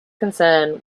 concern